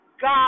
God